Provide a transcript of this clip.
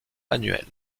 annuel